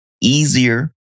easier